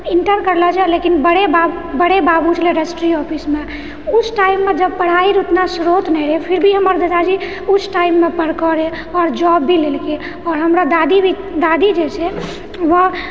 inter करलो छै लेकिन बड़ेबा बड़ेबाबू छलै रजिस्ट्री ऑफिसमे उस टाइममे जब पढ़ाइके ओतना श्रोत नहि रहए फिर भी हमर पिताजी उस टाइममे पढ़कर आओर जॉब भी लेलके आओर हमरा दादो भी दादी जे छै वो